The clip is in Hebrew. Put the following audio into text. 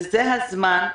וזה הזמן.